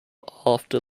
after